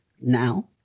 now